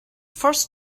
first